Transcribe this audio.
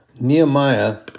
Nehemiah